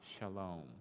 shalom